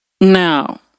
Now